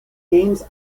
games